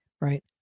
right